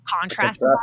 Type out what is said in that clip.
contrast